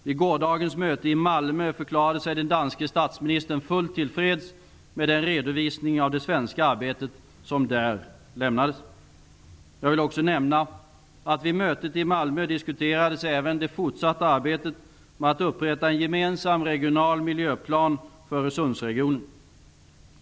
Vid gårdagens möte i Malmö förklarade sig den danske statsministern fullt till freds med den redovisning av det svenska arbetet som där lämnades. Jag vill också nämna att vid mötet i Malmö diskuterades även det fortsatta arbetet med att upprätta en gemensam regional miljöplan för Öresundsregionen.